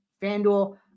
fanduel